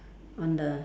on the